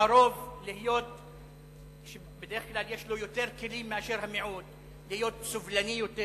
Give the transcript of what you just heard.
לרוב יש יותר כלים מאשר למיעוט להיות סובלני יותר.